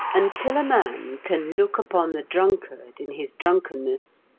until a man can look upon the drunkard in his drunkenness,